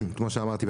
כמו שאמרתי,